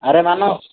ଆରେ ମାନସ